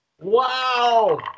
Wow